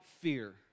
Fear